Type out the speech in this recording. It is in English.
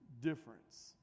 difference